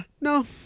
no